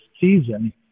season